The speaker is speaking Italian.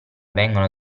vengono